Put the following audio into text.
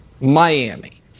Miami